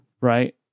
right